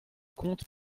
comptes